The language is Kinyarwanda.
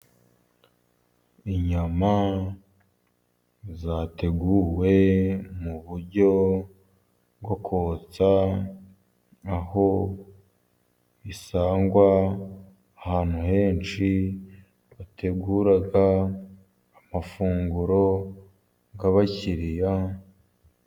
Inyama zateguwe mu buryo bwo kotsa, aho bisangwa ahantu henshi, bategura amafunguro y'abakiriya